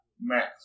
max